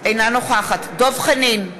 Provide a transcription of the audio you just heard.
אינה נוכחת דב חנין,